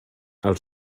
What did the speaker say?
els